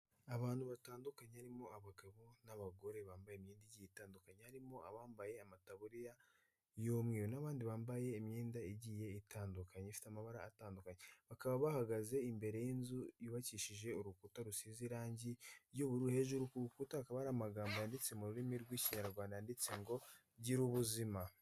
Abantu batandukanye harimo abagabo n'abagore bambaye imyenda igiye itandukanye, harimo abambaye amataburiya y'umweru, n'abandi bambaye imyenda igiye itandukanye ifite amabara atandukanye, bakaba bahagaze imbere y'inzu yubakishije urukuta rusize irangi ry'ubururu, hejuru ku rukuta hakaba hariho amagambo yanditse mu rurimi rw'Ikinyarwanda yanditse ngo: " Gira Ubuzima.